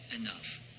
enough